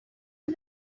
are